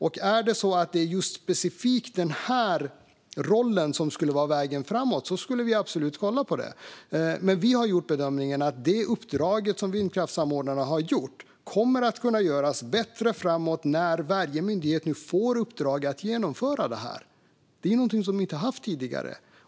Om just den här specifika rollen vore vägen framåt skulle vi i regeringen absolut kolla på det. Vi har dock gjort bedömningen att det uppdrag som vindkraftssamordnarna har haft kommer att kunna göras bättre framöver när varje myndighet får i uppdrag att genomföra detta. Det har de inte haft tidigare.